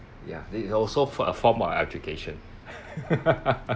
ya this is also f~ a form of education